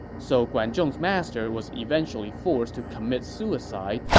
so guan zhong's master was eventually forced to commit suicide,